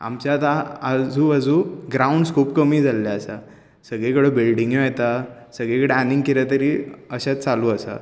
आमचे आतां आजू बाजू ग्रावंडस खूब कमी जाले आसा सगली कडे बिल्डिंग येतात सगळी कडेन आनी कितें तरी अशेंच चालू आसा